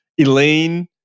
Elaine